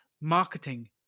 Marketing